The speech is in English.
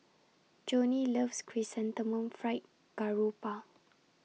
Joni loves Chrysanthemum Fried Garoupa